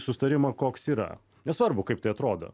susitarimą koks yra nesvarbu kaip tai atrodo